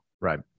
Right